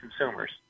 consumers